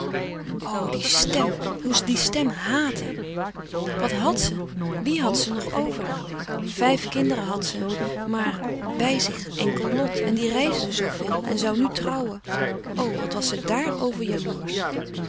die stem hoe ze die stem haatte wat had ze wie had ze nog over vijf kinderen had ze maar bij zich enkel lot en die reisde zoo veel en zoû nu trouwen o wat was ze daarover jaloersch